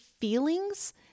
feelings